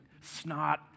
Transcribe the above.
snot